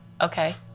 Okay